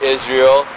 Israel